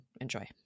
enjoy